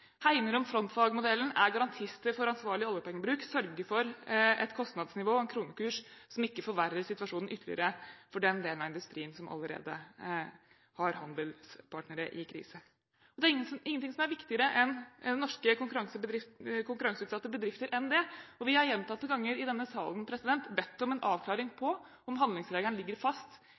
hegner om frontfagmodellen, er garantister for ansvarlig oljepengebruk og sørger for et kostnadsnivå og en kronekurs som ikke forverrer situasjonen ytterligere for den delen av industrien som allerede har handelspartnere i krise. Det er ingenting som er viktigere for norske konkurranseutsatte bedrifter enn det. Vi har gjentatte ganger i denne salen bedt om en avklaring på om handlingsregelen ligger fast